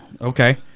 okay